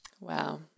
Wow